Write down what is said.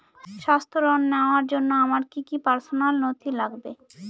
স্বাস্থ্য ঋণ নেওয়ার জন্য আমার কি কি পার্সোনাল নথি লাগবে?